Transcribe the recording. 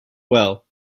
well